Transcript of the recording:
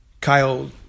Kyle